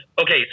okay